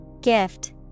gift